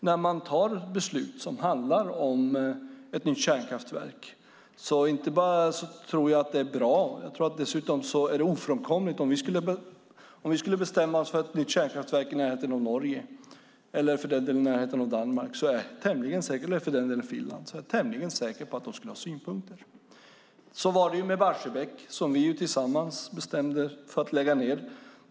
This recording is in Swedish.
När man fattar beslut som handlar om ett nytt kärnkraftverk tror jag att detta inte bara är bra utan också ofrånkomligt. Om vi skulle bestämma oss för ett nytt kärnkraftverk i närheten av Norge eller för den delen i närheten av Danmark eller Finland är jag tämligen säker på att de skulle ha synpunkter. Så var det med Barsebäck, som vi tillsammans bestämde oss för att lägga ned.